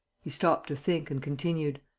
he stopped to think and continued